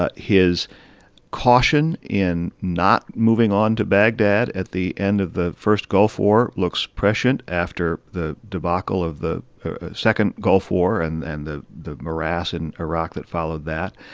ah his caution in not moving on to baghdad at the end of the first gulf war looks prescient after the debacle of the second gulf war and and the the morass in iraq that followed that.